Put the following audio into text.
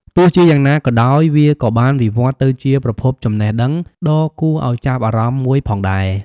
ទោះជាយ៉ាងណាក៏ដោយ វាក៏បានវិវត្តទៅជាប្រភពចំណេះដឹងដ៏គួរឲ្យចាប់អារម្មណ៍មួយផងដែរ។